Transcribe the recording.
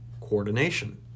Coordination